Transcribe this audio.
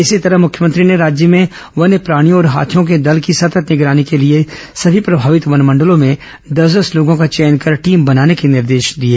इसी तरह मुख्यमंत्री ने राज्य में वन्यप्राणियों और हाथियों के दल की सतत् निगरानी के लिए सभी प्रभावित वनमंडलों में दस दस लोगों का चयन कर टीम बनाने के निर्देश दिए